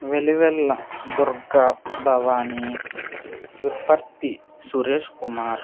Velivella Durga Bhavani Vipparthi Suresh Kumar